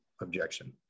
Objection